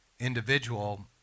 individual